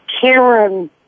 Karen